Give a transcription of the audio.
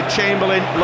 Chamberlain